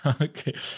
Okay